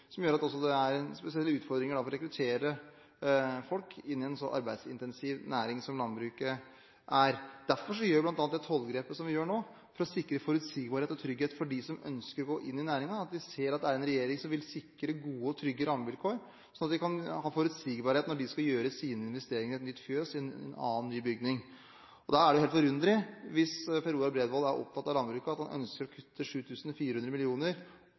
gjør at det er en spesiell utfordring å rekruttere folk inn i en så arbeidsintensiv næring som landbruket er. Derfor tar vi bl.a. det tollgrepet vi gjør nå, for å sikre forutsigbarhet og trygghet for dem som ønsker å gå inn i næringen. De ser at det er en regjering som vil sikre gode og trygge rammevilkår, sånn at de kan ha forutsigbarhet når de skal gjøre sine investeringer i et nytt fjøs eller i en annen ny bygning. Da er det helt forunderlig, hvis Per Roar Bredvold er opptatt av landbruket, at han ønsker å kutte